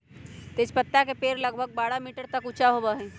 तेजपत्ता के पेड़ लगभग बारह मीटर तक ऊंचा होबा हई